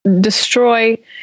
destroy